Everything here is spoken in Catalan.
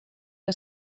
que